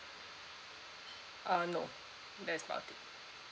uh no that's about it